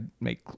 make